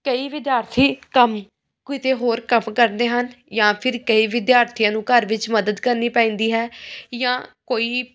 ਕਈ ਵਿਦਿਆਰਥੀ ਕੰਮ ਕਿਤੇ ਹੋਰ ਕੰਮ ਕਰਦੇ ਹਨ ਜਾਂ ਫਿਰ ਕਈ ਵਿਦਿਆਰਥੀਆਂ ਨੂੰ ਘਰ ਵਿੱਚ ਮਦਦ ਕਰਨੀ ਪੈਂਦੀ ਹੈ ਜਾਂ ਕੋਈ